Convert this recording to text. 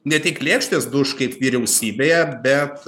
ne tik lėkštės duš kaip vyriausybėje bet